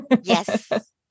Yes